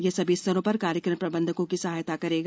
यह सभी स्तरों पर कार्यक्रम प्रबंधकों की सहायता करेगा